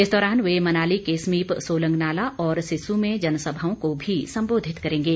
इस दौरान वे मनाली के समीप सोलंगनाला और सिस्सू में जनसभाओं को भी संबोधित करेंगे